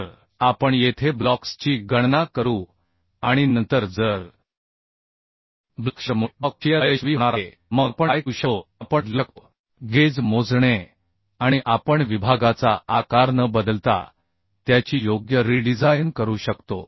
तर आपण येथे ब्लॉक्सची गणना करू आणि नंतर जर ब्लॉक शीअरमुळे ब्लॉक शीअर अयशस्वी होणार आहे मग आपण काय करू शकतो ते आपण बदलू शकतो गेज मोजणे आणि आपण विभागाचा आकार न बदलता त्याची योग्य रीडिझाइन करू शकतो